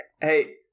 Hey